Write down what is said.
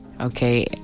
okay